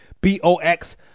b-o-x